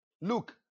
Look